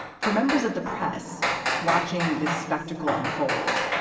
for members of the press watching this spectacle unfold,